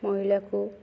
ମହିଳାକୁ